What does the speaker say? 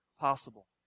Possible